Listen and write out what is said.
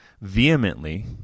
vehemently